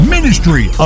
Ministry